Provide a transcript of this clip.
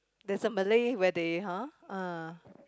there's a Malay wedding ha ah